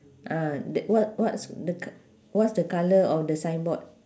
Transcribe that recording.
ah th~ what what's the c~ what's the colour of the signboard